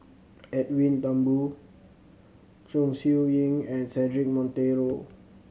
Edwin Thumboo Chong Siew Ying and Cedric Monteiro